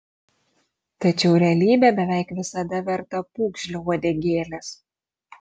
tačiau realybė beveik visada verta pūgžlio uodegėlės